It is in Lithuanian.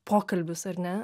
pokalbius ar ne